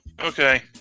Okay